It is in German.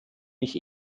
mich